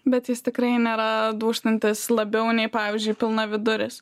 bet jis tikrai nėra dūžtantis labiau nei pavyzdžiui pilnaviduris